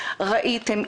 ראיתם,